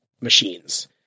machines